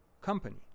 company